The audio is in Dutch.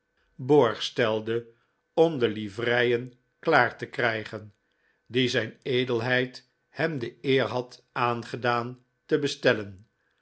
om de livreien klaar te krijgen die zijn edelheid hem de eer had aangedaan te bestellen